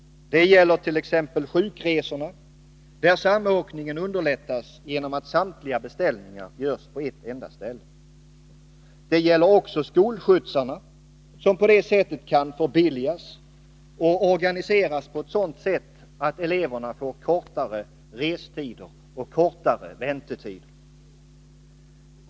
Det gäller t.ex. sjukresorna, där samåkningen underlättas genom att samtliga beställningar görs på ett enda ställe. Det gäller också skolskjutsarna som på detta sätt både kan förbilligas och organiseras på sådant sätt att eleverna får kortare resoch väntetider.